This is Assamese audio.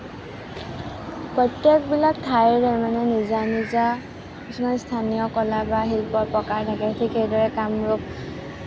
প্ৰত্যেকবিলাক ঠাইৰে মানে নিজা নিজা স্থানীয় কলা বা শিল্পৰ প্ৰকাৰ থাকে ঠিক সেইদৰে কামৰূপ